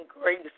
grace